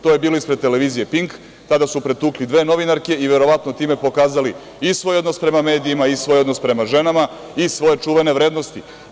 To je bilo ispred TV Pink, tada su pretukli dve novinarke i verovatno time pokazali i svoj odnos prema medijima i svoj odnos prema ženama i svoje čuvene vrednosti.